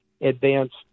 advanced